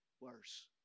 worse